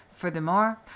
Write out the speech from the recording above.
Furthermore